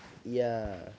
ya